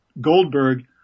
Goldberg